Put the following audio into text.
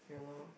yeah lor